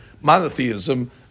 monotheism